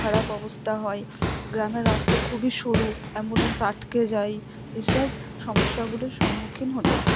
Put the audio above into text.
খারাপ অবস্থা হয় গ্রামের রাস্তা খুবই সরু অ্যাম্বুলেন্স আটকে যায় এইসব সমস্যাগুলির সম্মুখীন হতে হয়